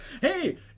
hey